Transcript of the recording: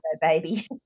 baby